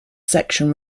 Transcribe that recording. section